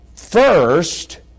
first